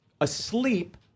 asleep